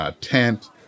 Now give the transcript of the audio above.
tent